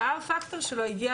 שה- Rפקטור שלו הגיע